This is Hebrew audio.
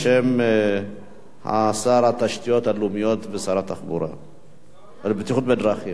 בשם שר התשתיות הלאומיות והבטיחות בדרכים,